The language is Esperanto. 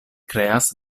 kreas